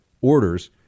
orders